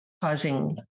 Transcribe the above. causing